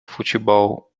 futebol